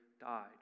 died